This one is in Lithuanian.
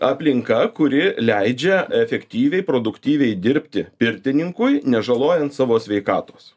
aplinka kuri leidžia efektyviai produktyviai dirbti pirtininkui nežalojant savo sveikatos